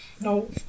No